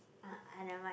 ah !aiya! never mind